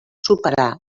superar